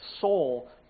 soul